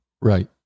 Right